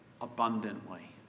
abundantly